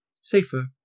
Safer